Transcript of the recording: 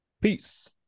Peace